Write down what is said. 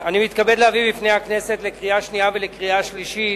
הכנסת לקריאה שנייה ולקריאה שלישית